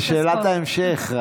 זו שאלת ההמשך.